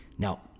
Now